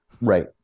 Right